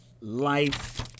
life